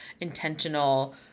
intentional